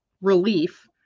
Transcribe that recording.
relief